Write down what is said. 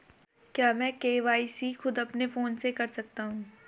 क्या मैं के.वाई.सी खुद अपने फोन से कर सकता हूँ?